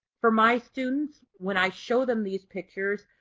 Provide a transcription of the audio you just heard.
for my students when i show them these pictures,